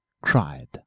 cried